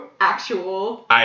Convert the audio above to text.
actual